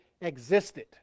existed